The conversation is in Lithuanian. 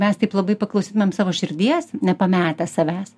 mes taip labai paklausytumėm savo širdies nepametę savęs